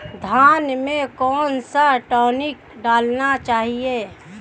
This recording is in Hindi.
धान में कौन सा टॉनिक डालना चाहिए?